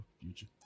Future